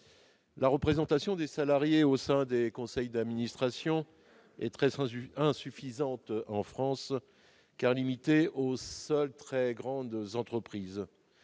La représentation des salariés au sein des conseils d'administration est très insuffisante en France, car elle est limitée aux seules très grandes entreprises.